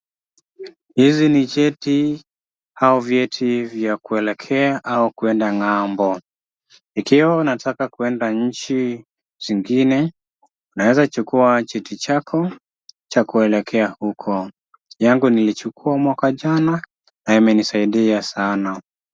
Hizi ni cheti au vyeti vya kuelekea au kuenda ng'ambo. Ikiwa unataka kuenda nchi zingine, unaweza chukua cheti chako cha kuelekea huko, yangu nilichukua mwaka jana na imenisaidia sana.